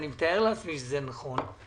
ואני מתאר לעצמי שזה נכון,